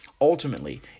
Ultimately